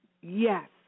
Yes